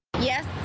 yes.